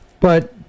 but-